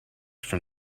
from